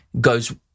goes